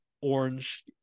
orange